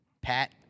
Pat